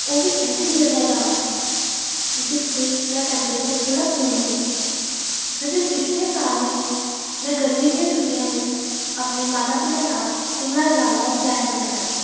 ਉਹ ਵੀ ਐਸੀ ਜਗ੍ਹਾ ਜਾਣਾ ਜਿੱਥੇ ਦਾ ਟੈਂਪਰੇਚਰ ਥੋੜ੍ਹਾ ਕੂਲ ਹੋਵੇ ਹਜੇ ਪਿਛਲੇ ਸਾਲ ਹੀ ਮੈਂ ਗਰਮੀ ਦੀਆਂ ਛੁੱਟੀਆਂ ਵਿੱਚ ਆਪਣੇ ਮਾਤਾ ਪਿਤਾ ਨਾਲ ਸ਼ਿਮਲਾ ਜਾਣ ਦਾ ਪਲੈਨ ਬਣਾਇਆ ਸੀ